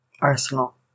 Arsenal